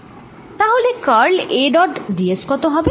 তাহলে curl A dot d s কত হবে